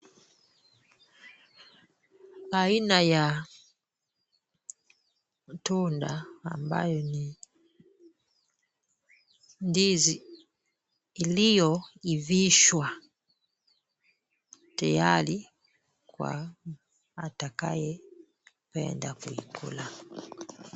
Aina ya tunda, ambayo ni ndizi iliyoivishwa tayari kwa atakayependa kuikula.